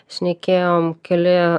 šnekėjom keli